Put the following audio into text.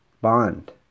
bond